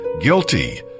guilty